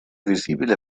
visibile